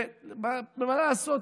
ומה לעשות,